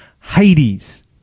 Hades